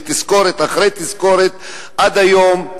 ותזכורת אחרי תזכורת עד היום,